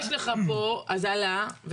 אז עלה.